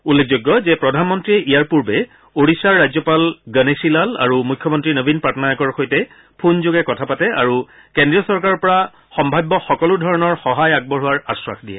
উল্লেখযোগ্য যে প্ৰধানমন্ত্ৰীয়ে ইয়াৰ পূৰ্বে ওড়িশাৰ ৰাজ্যপাল গণেশি লাল আৰু মুখ্যমন্ত্ৰী নবীন পাটনায়কৰ সৈতে ফোনযোগে কথা পাতে আৰু কেন্দ্ৰীয় চৰকাৰৰ পৰা সম্ভাৱ্য সকলো ধৰণৰ সহায় আগবঢ়োৱাৰ আধাস দিয়ে